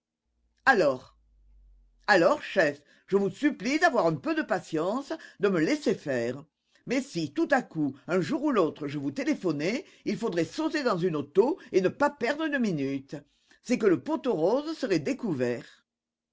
alors alors chef je vous supplie d'avoir un peu de patience de me laisser faire mais si tout à coup un jour ou l'autre je vous téléphonais il faudrait sauter dans une auto et ne pas perdre une minute c'est que le pot aux roses serait découvert